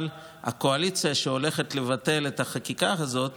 אבל הקואליציה שהולכת לבטל את החקיקה הזאת